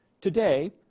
Today